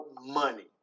money